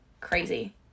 crazy